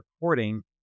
recording